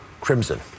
Crimson